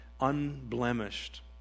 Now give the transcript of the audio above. unblemished